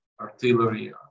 artillery